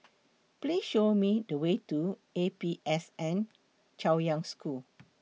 Please Show Me The Way to A P S N Chaoyang School